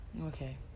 Okay